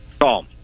call